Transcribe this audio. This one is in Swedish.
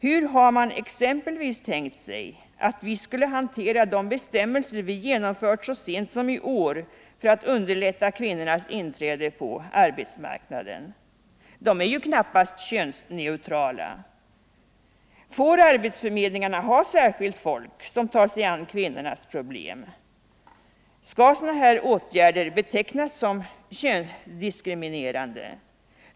Hur har man exempelvis tänkt sig att vi skulle hantera de bestämmelser vi genomförde så sent som i år för att underlätta kvinnornas inträde på arbetsmarknaden? De är ju knappast könsneutrala. Får arbetsförmedlingarna ha särskilt folk som tar sig an kvinnornas problem? Skall sådana åtgärder betecknas som könsdiskriminerande?